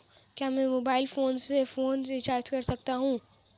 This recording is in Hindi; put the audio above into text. क्या मैं मोबाइल फोन से फोन रिचार्ज कर सकता हूं?